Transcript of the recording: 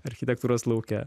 architektūros lauke